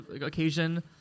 occasion